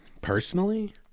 personally